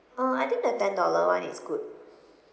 uh I think the ten dollar [one] is good